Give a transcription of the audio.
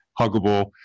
huggable